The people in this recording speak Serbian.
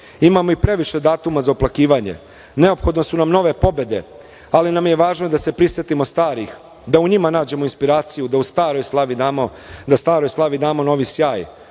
Imamo i previše datuma za oplakivanje. Neophodne su nam nove pobede, ali nam je važno i da se prisetimo starih, da u njima nađemo inspiraciju, da staroj slavi damo novi sjaj.